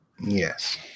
Yes